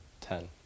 Ten